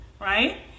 right